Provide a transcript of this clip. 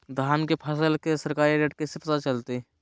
धान के फसल के सरकारी रेट कैसे पता चलताय?